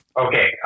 Okay